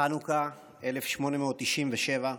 חנוכה 1897,